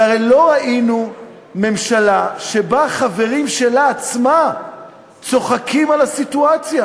הרי לא ראינו ממשלה שהחברים שלה עצמה צוחקים על הסיטואציה,